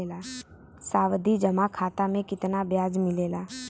सावधि जमा खाता मे कितना ब्याज मिले ला?